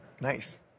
Nice